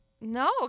No